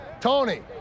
Tony